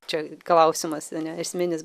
čia klausimas ane esminis